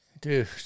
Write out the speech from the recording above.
Dude